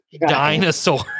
dinosaur